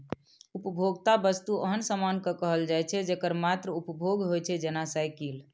उपभोक्ता वस्तु ओहन सामान कें कहल जाइ छै, जेकर मात्र उपभोग होइ छै, जेना साइकिल